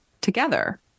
together